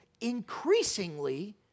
increasingly